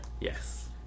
Yes